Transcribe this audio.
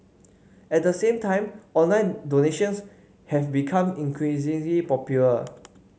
at the same time online donations have become increasingly popular